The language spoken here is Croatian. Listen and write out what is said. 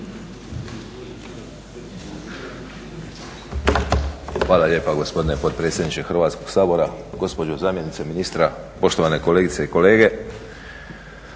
Hvala lijepa gospodine potpredsjedniče Hrvatskog sabora, gospođo zamjenice ministra, poštovane kolegice i kolege.